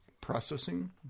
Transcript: processing